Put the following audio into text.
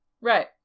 Right